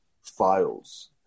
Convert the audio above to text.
files